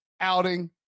outing